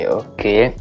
okay